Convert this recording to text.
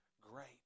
great